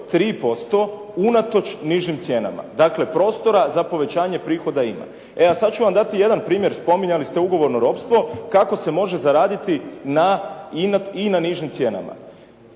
3% unatoč nižim cijenama. Dakle, prostora za povećanje prihoda ima. E sada ću vam dati jedan primjer. Spominjali ste ugovorno ropstvo, kako se može zaraditi na i na nižim cijenama.